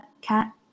cat